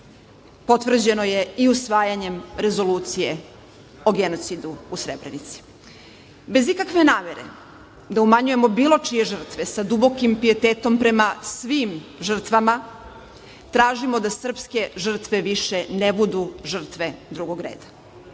potvrđeno je i usvajanjem Rezolucije o genocidu u Srebrenici, bez ikakve namere da umanjujemo bilo čije žrtve sa dubokim pijetetom prema svim žrtvama, tražimo da srpske žrtve više ne budu žrtve drugog reda.I